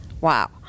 Wow